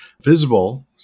Visible